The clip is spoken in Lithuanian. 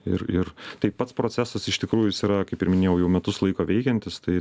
ir ir tai pats procesas iš tikrųjų jis yra kaip ir minėjau jau metus laiko veikiantis tai